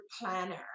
planner